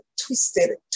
twisted